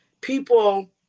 people